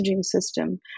system